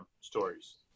stories